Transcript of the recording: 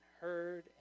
heard